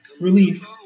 Relief